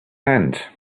hand